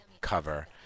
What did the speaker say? cover